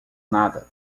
nada